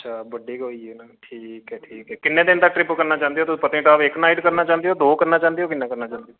अच्छा बड्डे के होई गे न ठीक ऐ ठीक ऐ किन्ने दिन दा ट्रिप करना चांह्दे ओह् तुस पत्नीटाप इक नाइट करना चाहंदे ओ दो करना चांह्दे ओ किन्ना करना चांह्दे ओ